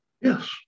Yes